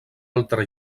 altra